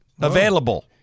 available